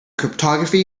cryptography